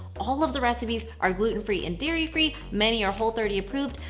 all of the recipes are gluten-free and dairy-free, many are whole thirty approved,